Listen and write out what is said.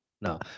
No